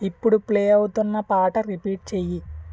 ఇప్పుడు ప్లే అవుతున్న పాట రిపీట్ చెయ్యి